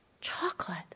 chocolate